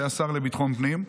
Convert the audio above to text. שהיה השר לביטחון פנים,